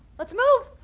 let's move.